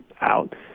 out